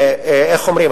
איך אומרים,